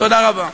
תודה רבה.